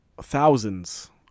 thousands